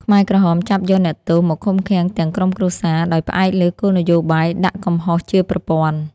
ខ្មែរក្រហមចាប់យកអ្នកទោសមកឃុំឃាំងទាំងក្រុមគ្រួសារ ដោយផ្អែកលើគោលនយោបាយដាក់កំហុសជាប្រព័ន្ធ។